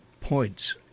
points